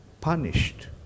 punished